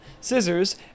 scissors